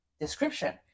description